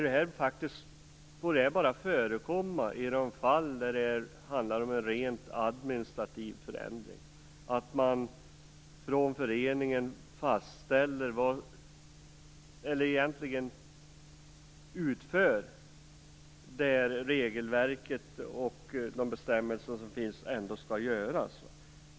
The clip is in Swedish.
Det får faktiskt bara förekomma i de fall där det handlar om en rent administrativ förändring som föreningen utför och där regelverket och de bestämmelser som finns skall följas.